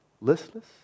listless